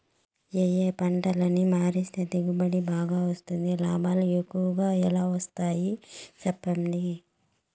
ఏ ఏ పంటలని మారిస్తే దిగుబడి బాగా వస్తుంది, లాభాలు ఎక్కువగా ఎలా వస్తాయి సెప్పండి